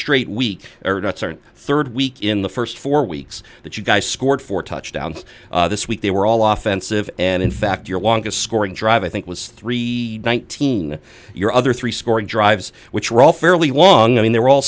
straight week or not certain third week in the first four weeks that you guys scored four touchdowns this week they were all off fences and in fact your longest scoring drive i think was three nineteen your other three scoring drives which were all fairly long i mean they were all